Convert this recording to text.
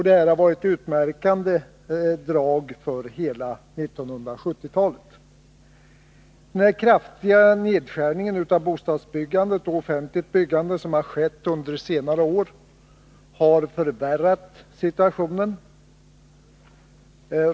Detta har varit utmärkande drag under hela 1970-talet. Den kraftiga nedskärningen av bostadsbyggande och offentligt byggande som skett under senare år har förvärrat situationen.